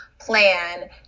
plan